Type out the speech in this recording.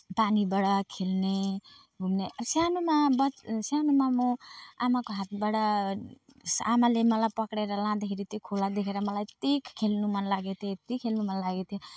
पानीबाट खेल्ने घुम्ने अब सानोमा बच सानोमा म आमाको हातबाट आमाले मलाई पक्रिएर लाँदाखेरि त्यो खोला देखेर मलाई त्यही खेल्नु मनलाग्यो त्यति खेल्नु मन लाग्यो थियो